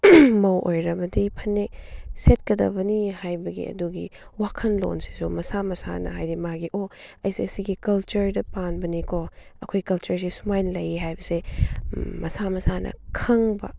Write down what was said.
ꯃꯧ ꯑꯣꯏꯔꯕꯗꯤ ꯐꯅꯦꯛ ꯁꯦꯠꯀꯗꯕꯅꯤ ꯍꯥꯏꯕꯒꯤ ꯑꯗꯨꯒꯤ ꯋꯥꯈꯜꯂꯣꯟꯁꯤꯁꯨ ꯃꯁꯥ ꯃꯁꯥꯅ ꯍꯥꯏꯗꯤ ꯃꯥꯒꯤ ꯑꯣ ꯑꯩꯁꯦ ꯁꯤꯒꯤ ꯀꯜꯆꯔꯗ ꯄꯥꯟꯕꯅꯤꯀꯣ ꯑꯩꯈꯣꯏ ꯀꯜꯆꯔꯁꯦ ꯁꯨꯃꯥꯏꯅ ꯂꯩꯌꯦ ꯍꯥꯏꯕꯁꯦ ꯃꯁꯥ ꯃꯁꯥꯅ ꯈꯪꯕ